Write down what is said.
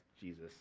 Jesus